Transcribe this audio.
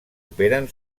operen